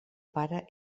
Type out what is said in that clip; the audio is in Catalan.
pare